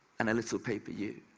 and a little paper you.